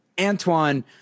Antoine